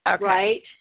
Right